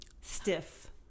Stiff